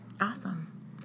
Awesome